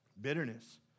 Bitterness